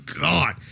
God